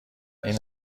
این